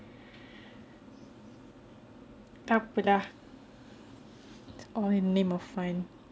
tak apa lah it's all in the name of fun